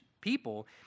people